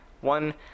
one